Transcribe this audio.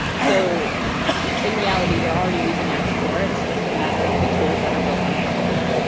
so in reality you're already using axe-core, it's just a matter of the tools that are built on top of it.